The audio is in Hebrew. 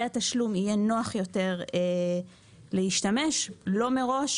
התשלום יהיה נוח יותר להשתמש מלכתחילה,